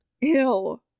Ew